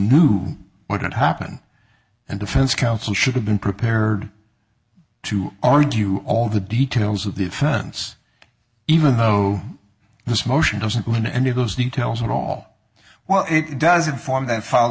knew what would happen and defense counsel should have been prepared to argue all the details of the offense even though this motion doesn't win any of those details at all well it doesn't form that fall